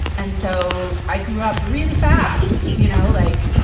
and so, i grew up really fast. you know like,